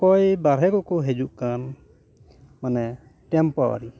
ᱚᱠᱚᱭ ᱵᱟᱨᱦᱮ ᱠᱚᱠᱚ ᱦᱤᱡᱩᱠᱟᱱ ᱢᱟᱱᱮ ᱴᱮᱢᱯᱳᱨᱟᱨᱤ